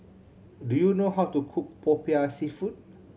do you know how to cook Popiah Seafood